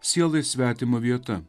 sielai svetima vieta